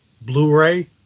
Blu-ray